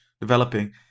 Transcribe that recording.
developing